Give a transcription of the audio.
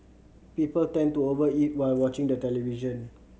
people tend to over eat while watching the television